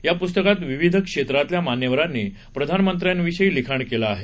या पुस्तकात विविध क्षेत्रातल्या मान्यवरांनी प्रधानमंत्र्यांविषयी लिखाण केलं आहे